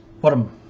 bottom